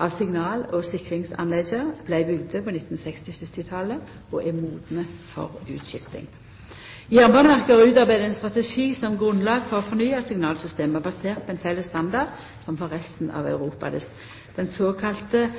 av signal- og sikringsanlegga vart bygd på 1960- og 1970-talet og er modne for utskifting. Jernbaneverket har utarbeidd ein strategi som grunnlag for å fornya signalsystema basert på ein felles standard som for resten av Europa. Den